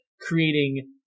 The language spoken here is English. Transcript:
creating